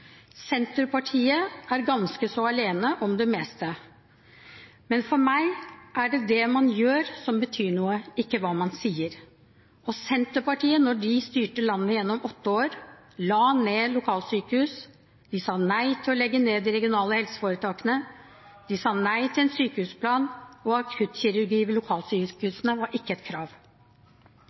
Senterpartiet er ganske så alene om det meste. Men for meg er det hva man gjør, som betyr noe, ikke hva man sier. Da Senterpartiet styrte landet gjennom åtte år, la de ned lokalsykehus, de sa nei til å legge ned de regionale helseforetakene, de sa nei til en sykehusplan, og akuttkirurgi ved lokalsykehusene var ikke et krav.